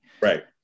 Right